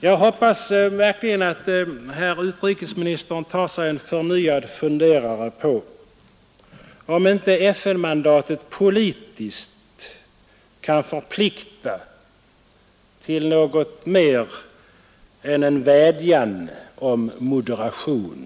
Jag hoppas verkligen att herr utrikesministern tar sig en förnyad funderare på om inte FN-mandatet politiskt kan förplikta till något mer än en vädjan om moderation,